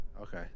Okay